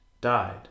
died